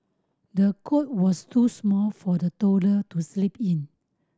the cot was too small for the toddler to sleep in